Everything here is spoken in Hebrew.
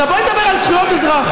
עכשיו בואי נדבר על זכויות אזרח.